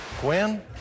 Gwen